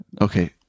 Okay